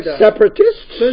separatists